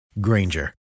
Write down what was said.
Granger